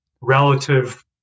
relative